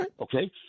okay